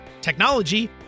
technology